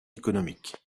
économique